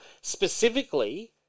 Specifically